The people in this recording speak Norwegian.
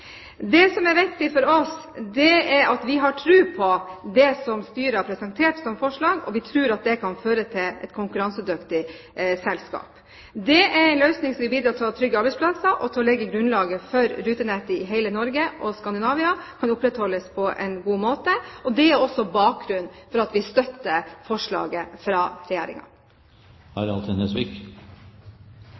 Det som er viktig for oss, er at vi har tro på det som styret har presentert som forslag. Vi tror at det kan føre til et konkurransedyktig selskap. Det er en løsning som vil bidra til å trygge arbeidsplasser og til å legge grunnlaget for at rutenettet i hele Norge og Skandinavia kan opprettholdes på en god måte. Det er også bakgrunnen for at vi støtter forslaget fra